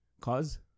Cause